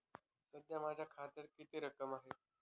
सध्या माझ्या खात्यात किती रक्कम आहे?